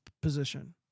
position